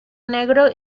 negro